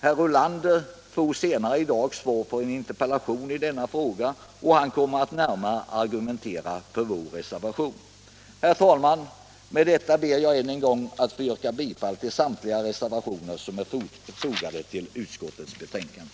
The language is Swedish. Herr Ulander får senare i dag svar på en interpellation i denna fråga och kommer att närmare argumentera för vår reservation. Herr talman! Med det anförda ber jag än en gång att få yrka bifall till samtliga reservationer som är fogade till utskottets betänkande.